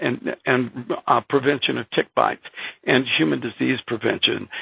and and prevention of tick bites and human disease prevention.